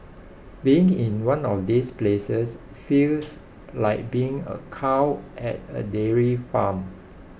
being in one of these places feels like being a cow at a dairy farm